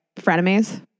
frenemies